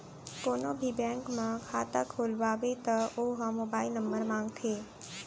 कोनो भी बेंक म खाता खोलवाबे त ओ ह मोबाईल नंबर मांगथे